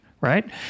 right